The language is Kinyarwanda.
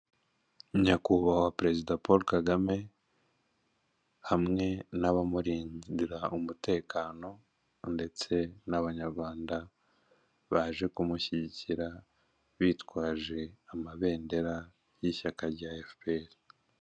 Nyakubahwa perezida Paul Kagame, hamwe n'abamurindira umutekano, ndetse n'abanyarwanda baje kumushyigikira, bitwaje amabendera y'ishyaka rya efuperi.